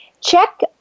Check